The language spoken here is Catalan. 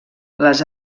les